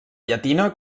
llatina